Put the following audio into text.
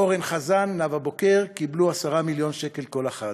אורן חזן ונאוה בוקר קיבלו 10 מיליון שקל כל אחד".